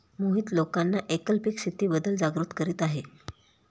मोहित लोकांना एकल पीक शेतीबद्दल जागरूक करत आहे